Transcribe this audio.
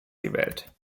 gewählt